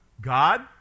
God